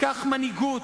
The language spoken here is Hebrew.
קח מנהיגות,